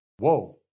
whoa